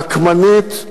נקמנית,